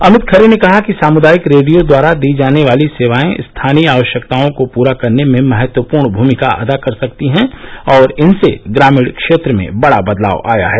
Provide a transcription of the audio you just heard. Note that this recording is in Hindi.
अमित खरे ने कहा कि सामुदायिक रेडियो द्वारा दी जाने वाली सेवाये स्थानीय आवश्यकताओं को पूरा करने में महत्वपूर्ण भूमिका अदा करती हैं और इनसे ग्रामीण क्षेत्र में बड़ा बदलाव आया है